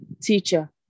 teacher